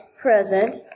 present